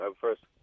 first